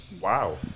Wow